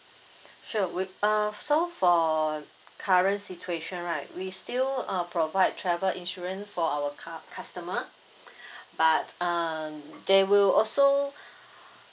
sure with uh so for current situation right we still uh provide travel insurance for our cu~ customer but um there will also